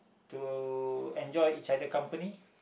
to enjoy each other company